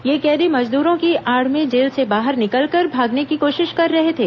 ये कैदी मजदूरों की आड़ में जेल से बाहर निकलकर भागने की कोशिश कर रहे थे